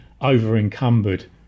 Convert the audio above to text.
over-encumbered